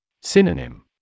Synonym